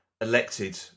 elected